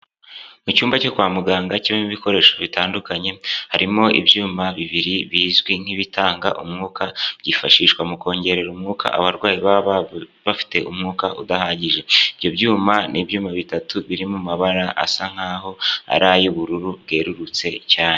Mu cyumba cyo kwa muganga kibamo ibikoresho bitandukanye, harimo ibyuma bibiri bizwi nk'ibitanga umwuka, byifashishwa mu kongerera umwuka, abarwayi baba bafite umwuka udahagije, ibyo byuma n'ibyuma bitatu, birimo amabara asa nkaho ari ay'ubururu bwerurutse cyane.